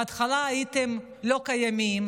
בהתחלה הייתם לא קיימים,